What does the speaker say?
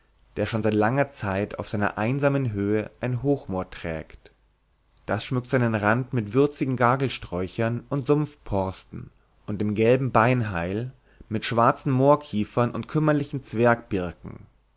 der schon seit langer zeit auf seiner einsamen höhe ein hochmoor trägt das schmückt seinen rand mit würzigen gagelsträuchern und sumpfporsten und dem gelben beinheil mit schwarzen moorkiefern und kümmerlichen